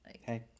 Hey